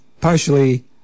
partially